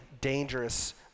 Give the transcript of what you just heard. dangerous